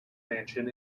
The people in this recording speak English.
mansion